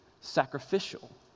sacrificial